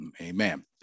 Amen